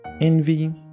envy